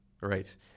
Right